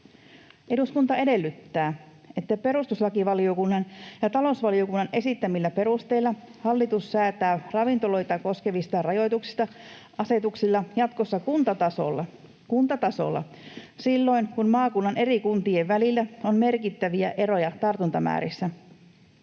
Eduskunta edellyttää, että perustuslakivaliokunnan ja talousvaliokunnan esittämillä perusteilla hallitus säätää ravintoloita koskevista rajoituksista asetuksella jatkossa kuntatasolla silloin, kun maakunnan eri kuntien välillä on merkittäviä eroja tartuntamäärissä.